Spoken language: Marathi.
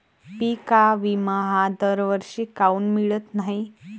पिका विमा हा दरवर्षी काऊन मिळत न्हाई?